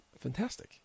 fantastic